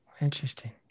Interesting